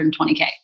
120K